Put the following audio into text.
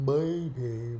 Baby